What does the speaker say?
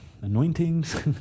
Anointings